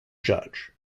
judge